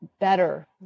better